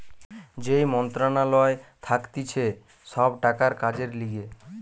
যেই মন্ত্রণালয় থাকতিছে সব টাকার কাজের লিগে